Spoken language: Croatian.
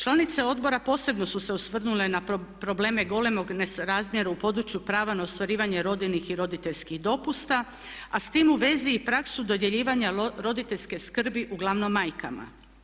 Članice odbora posebno su se osvrnule na probleme golemog nesrazmjera u području prava na ostvarivanje rodiljnih i roditeljskih dopusta a s tim u vezi i praksu dodjeljivanja roditeljske skrbi uglavnom majkama.